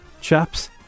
chaps